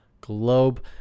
globe